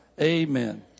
Amen